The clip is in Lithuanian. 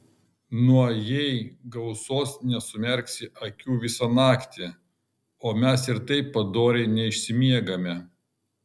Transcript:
nuo jei gausos nesumerksi akių visą naktį o mes ir taip padoriai neišsimiegame